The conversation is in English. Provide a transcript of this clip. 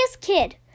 kid